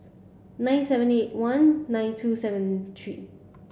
nine seven eight one nine two seven three